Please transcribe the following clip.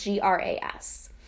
GRAS